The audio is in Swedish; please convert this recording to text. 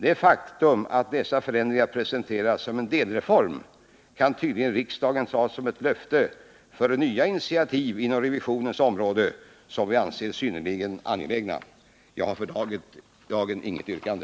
Det faktum att dessa förändringar presenteras som en delreform kan riksdagen tydligen ta som ett löfte om nya initiativ inom revisionens område, som vi anser synnerligen angelägna. Jag har för dagen inget yrkande.